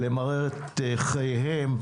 למרר את חייהם,